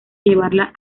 llevarla